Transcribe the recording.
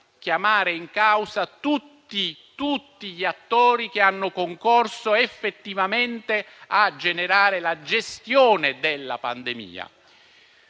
chiamare in causa tutti gli attori che hanno concorso effettivamente a generare la gestione della pandemia.